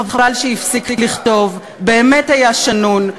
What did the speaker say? חבל שהפסיק לכתוב, באמת היה שנון.